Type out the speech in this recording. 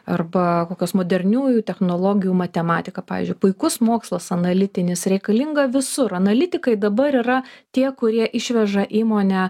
arba kokios moderniųjų technologijų matematika pavyzdžiui puikus mokslas analitinis reikalinga visur analitikai dabar yra tie kurie išveža įmonę